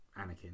Anakin